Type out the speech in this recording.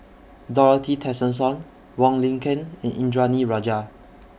Dorothy Tessensohn Wong Lin Ken and Indranee Rajah